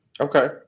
Okay